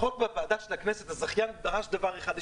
בחוק בוועדה של הכנסת הזכיין דרש דבר אחד,